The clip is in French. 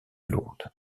lourdes